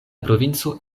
provinco